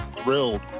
thrilled